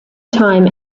time